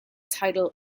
title